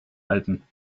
alpen